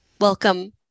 Welcome